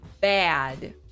bad